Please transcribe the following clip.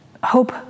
Hope